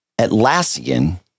Atlassian